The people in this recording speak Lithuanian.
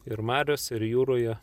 ir marios ir jūroje